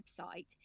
website